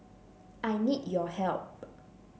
I need your help